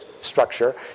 structure